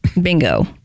Bingo